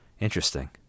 Interesting